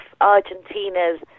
Argentina's